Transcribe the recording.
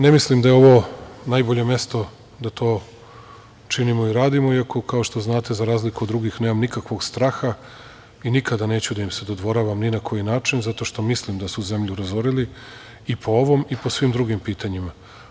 Ne mislim da je ovo najbolje mesto da to činimo i radimo, iako kao što znate, nemam nikakvog straha i nikada neću da im se dodvoravam ni na koji način, zato što mislim da su zemlju razorili i po ovom i po svim drugim pitanjima.